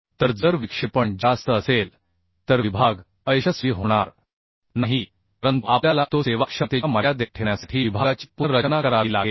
तर जर विक्षेपण जास्त असेल तर विभाग अयशस्वी होणार नाही परंतु आपल्याला तो सेवाक्षमतेच्या मर्यादेत ठेवण्यासाठी विभागाची पुनर्रचना करावी लागेल